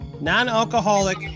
Non-alcoholic